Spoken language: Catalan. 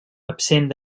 absent